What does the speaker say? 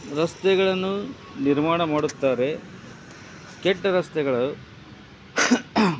ರಸ್ತೆಗಳನ್ನು ನಿರ್ಮಾಣ ಮಾಡುತ್ತಾರೆ ಕೆಟ್ಟ ರಸ್ತೆಗಳು